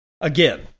Again